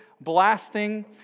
blasting